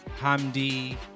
Hamdi